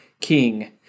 King